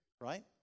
right